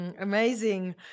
amazing